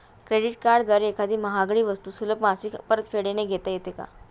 Credit कार्डद्वारे एखादी महागडी वस्तू सुलभ मासिक परतफेडने घेता येते का?